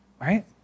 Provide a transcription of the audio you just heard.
right